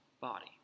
body